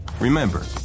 Remember